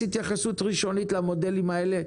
התייחס התייחסות ראשונית למודלים האלה,